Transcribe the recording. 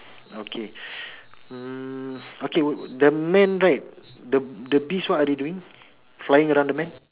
okay mm okay the man right the bees what are they doing flying around the man